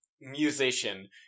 musician